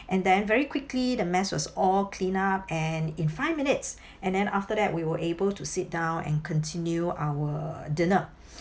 and then very quickly the mess was all cleaned up and in five minutes and then after that we were able to sit down and continue our dinner